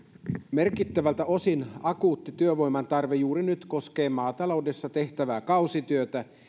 merkittävältä osin akuutti työvoiman tarve juuri nyt koskee maataloudessa tehtävää kausityötä